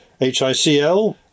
HICL